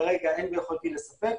כרגע אין ביכולתי לספק,